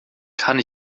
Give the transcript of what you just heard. kann